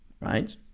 Right